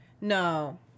No